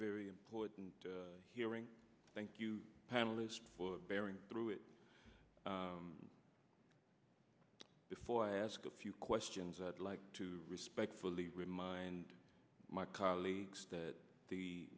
very important hearing thank you panelists bearing through it before i ask a few questions i'd like to respectfully remind my colleagues that the